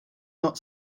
not